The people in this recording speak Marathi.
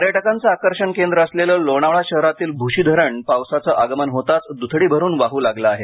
पर्यटकांचे आकर्षण केंद्र असलेले लोणावळा शहरातील भ्शी धरण पावसाचे आगमन होताच द्थडी भरून वाह लागले आहे